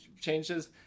changes